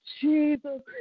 Jesus